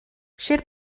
sir